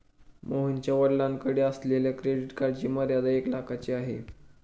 मोहनच्या वडिलांकडे असलेल्या क्रेडिट कार्डची मर्यादा एक लाखाची आहे